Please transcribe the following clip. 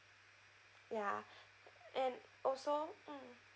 ya and also mm